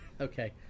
Okay